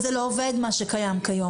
אבל זה לא עובד מה שקיים כיום.